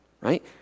right